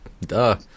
Duh